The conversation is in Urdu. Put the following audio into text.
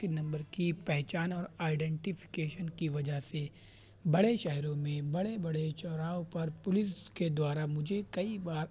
ان کے نمبر کی پہچان اور آئڈینٹیفیکیشن کی وجہ سے بڑے شہروں میں بڑے بڑے چوراہوں پر پولیس کے دوارا مجھے کئی بار اپنے